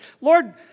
Lord